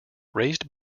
raised